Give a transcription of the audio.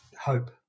hope